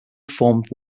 formed